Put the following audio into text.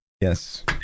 Yes